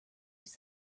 use